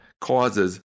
causes